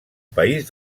país